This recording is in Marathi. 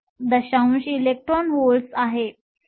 66 इलेक्ट्रॉन व्होल्ट्स आहे